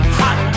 hot